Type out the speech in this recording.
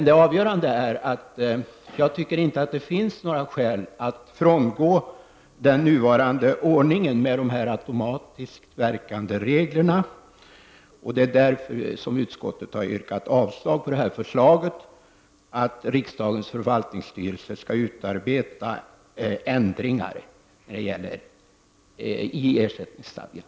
Det avgörande är emellertid att det inte finns några skäl att gå från den nuvarande ordningen, med dessa automatiskt verkande regler. Det är därför som utskottet har yrkat avslag på detta förslag, att riksdagens förvaltningsstyrelse skall utarbeta ändringar i ersättningsstadgan.